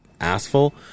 asphalt